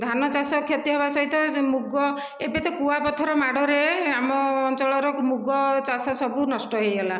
ଧାନ ଚାଷ କ୍ଷତି ହେବା ସହିତ ଯେଉଁ ମୁଗ ଏବେତ କୁଆପଥର ମାଡ଼ରେ ଆମ ଅଞ୍ଚଳର ମୁଗ ଚାଷ ସବୁ ନଷ୍ଟ ହୋଇଗଲା